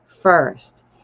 first